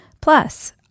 Plus